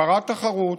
הגברת תחרות,